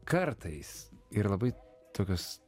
kartais ir labai tokios